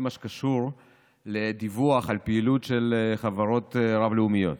מה שקשור לדיווח על פעילות של חברות רב-לאומיות.